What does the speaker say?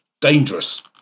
dangerous